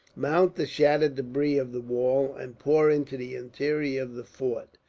mount the shattered debris of the wall, and pour into the interior of the fort.